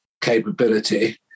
capability